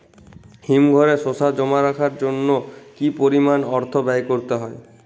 হিমঘরে শসা জমা রাখার জন্য কি পরিমাণ অর্থ ব্যয় করতে হয়?